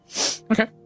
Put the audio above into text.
Okay